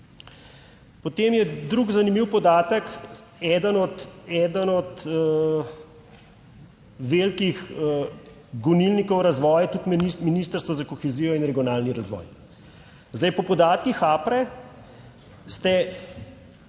Potem je drug zanimiv podatek, eden od velikih gonilnikov razvoja je tudi Ministrstvo za kohezijo in regionalni razvoj. Po podatkih APRA ste